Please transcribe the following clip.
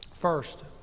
First